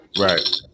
Right